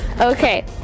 Okay